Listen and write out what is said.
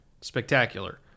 spectacular